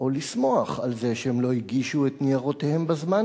או לשמוח על זה שהם לא הגישו את ניירותיהם בזמן,